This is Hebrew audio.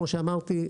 כמו שאמרתי,